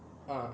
uh